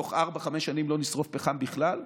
תוך 5-4 שנים לא נשרוף פחם בכלל,